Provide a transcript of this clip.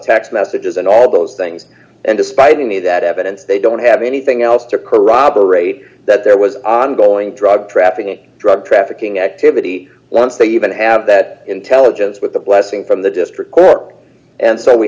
text messages and all of those things and despite any of that evidence they don't have anything else to corroborate that there was ongoing drug trafficking drug trafficking activity once they even have that intelligence with the blessing from the district court and so we